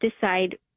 decide